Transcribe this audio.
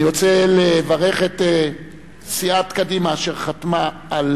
אני רוצה לברך את סיעת קדימה אשר חתמה על